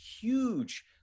huge